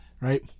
Right